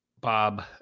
Bob